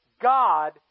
God